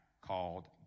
called